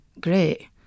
great